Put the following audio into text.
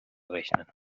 rechnen